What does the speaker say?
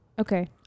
Okay